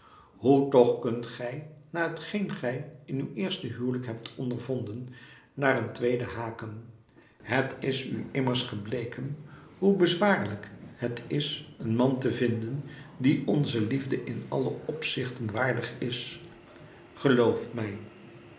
hoe toch kunt gij na hetgeen gij in uw eerste huwelijk hebt ondervonden naar een tweede haken het is u immers gebleken hoe bezwaarlijk het is een man te vinden die onze liefde in alle opzigten waardig is gelooft mij